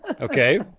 Okay